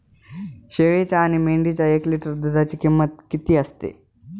शेळीच्या आणि मेंढीच्या एक लिटर दूधाची किंमत किती असते?